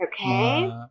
Okay